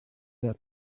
that